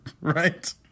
right